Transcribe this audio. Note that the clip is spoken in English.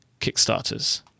Kickstarters